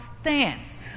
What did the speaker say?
stance